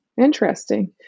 Interesting